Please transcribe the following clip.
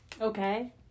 Okay